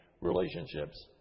relationships